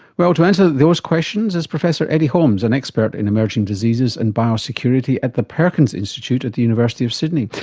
well, to answer those questions is professor eddie holmes, an expert in emerging diseases and biosecurity at the perkins institute at the university of sydney.